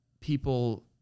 people